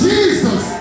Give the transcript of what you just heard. Jesus